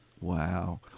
Wow